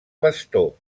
pastor